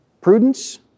Prudence